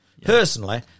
Personally